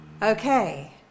Okay